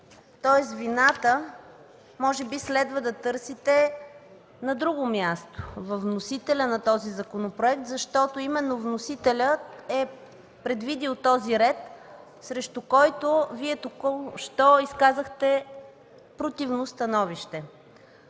Тоест вината може би следва да търсите на друго място – във вносителя на този законопроект, защото именно вносителят е предвидил този ред, срещу който Вие току-що изказахте противно становище.